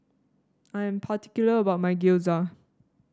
I am particular about my Gyoza